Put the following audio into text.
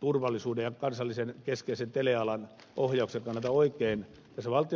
turvallisuuden ja kansallisen keskeisen telealan ohjauksen kannalta tässä valtionomistajuusratkaisussa